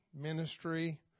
ministry